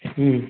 ம்